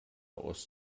aus